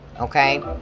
Okay